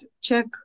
check